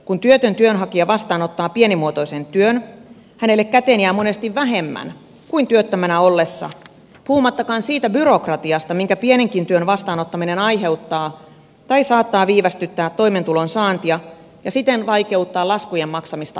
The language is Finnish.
kun työtön työnhakija vastaanottaa pienimuotoisen työn hänelle käteen jää monesti vähemmän kuin työttömänä ollessa puhumattakaan siitä byrokratiasta minkä pienenkin työn vastaanottaminen aiheuttaa tai mikä saattaa viivästyttää toimeentulon saantia ja siten vaikeuttaa laskujen maksamista ajallaan